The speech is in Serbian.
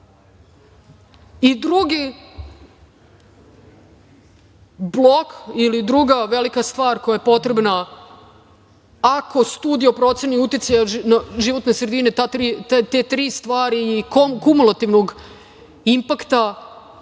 Drugi blok, ili druga velika stvar koja je potrebna, ako studija o proceni uticaja životne sredine te tri stvari i kumulativnog impakta